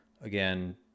again